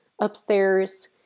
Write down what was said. upstairs